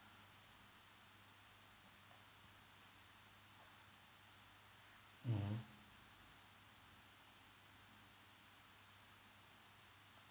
mmhmm